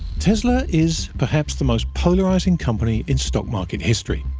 tesla is perhaps the most polarizing company in stock market history.